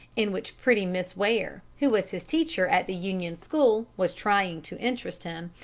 in which pretty miss ware, who was his teacher at the union school, was trying to interest him,